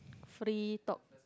free talk